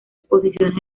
exposiciones